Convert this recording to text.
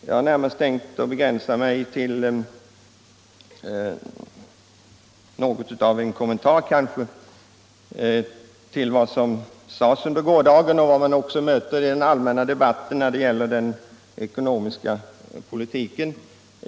Jag har närmast tänkt begränsa mig till några kommentarer till det som sades under gårdagen och som man också ute i landet ofta möter i den allmänna debatten om den ekonomiska politiken.